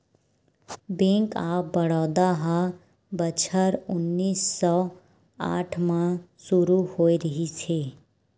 bank of Baroda ह बछर उन्नीस सौ आठ म सुरू होए रिहिस हे